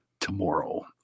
tomorrow